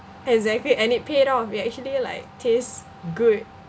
exactly and it paid off it actually like taste good